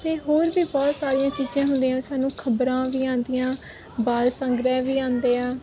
ਅਤੇ ਹੋਰ ਵੀ ਬਹੁਤ ਸਾਰੀਆਂ ਚੀਜ਼ਾਂ ਹੁੰਦੀਆਂ ਸਾਨੂੰ ਖਬਰਾਂ ਵੀ ਆਉਂਦੀਆਂ ਬਾਲ ਸੰਗ੍ਰਹਿ ਵੀ ਆਉਂਦੇ ਆ